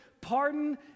pardon